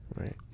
right